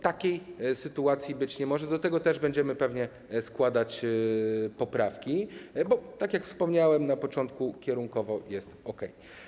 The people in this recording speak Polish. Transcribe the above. Takiej sytuacji być nie może, dlatego będziemy pewnie składać poprawki, bo tak jak wspomniałem na początku, kierunek jest okej.